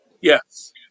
Yes